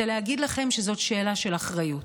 זה להגיד לכם שזאת שאלה של אחריות,